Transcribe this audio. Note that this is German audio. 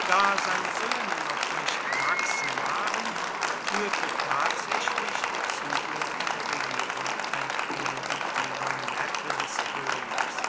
da seine söhne noch nicht erwachsen waren führte tatsächlich die zügel der regierung ein illegitimer neffe des königs